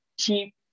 cheap